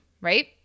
Right